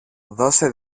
δώσε